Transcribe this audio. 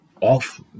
off